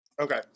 Okay